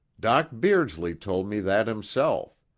doc beardsley told me that himself.